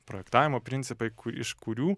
projektavimo principai iš kurių